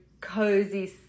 cozy